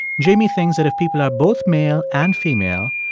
jamie thinks that if people are both male and female,